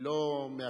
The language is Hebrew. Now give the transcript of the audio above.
היא לא מאשרת.